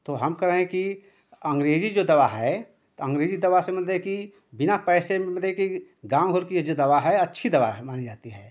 तो हम कह रहे कि अंग्रेजी जो दवा है तो अंग्रेजी दवा से मतलब कि बिना पैसे मतलब कि गाँव घर की यह जो दवा है अच्छी दवा है मानी जाती है